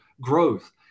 growth